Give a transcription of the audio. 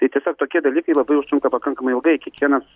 tai tiesiog tokie dalykai labai užtrunka pakankamai ilgai kiekvienas